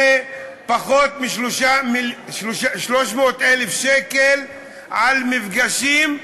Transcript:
זה פחות מ-300,000 שקל על מפגשים,